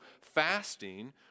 fasting